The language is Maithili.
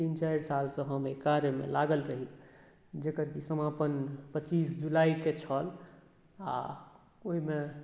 तीन चारि साल से हम एहि कार्य मे लागल रही जेकर की समापन पच्चीस जुलाई के छल आ ओहिमे